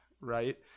right